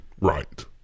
right